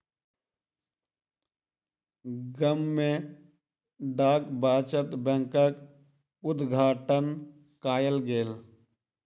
गाम में डाक बचत बैंकक उद्घाटन कयल गेल